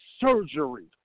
surgery